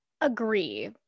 agree